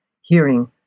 hearing